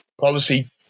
policy